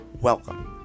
Welcome